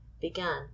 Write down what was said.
began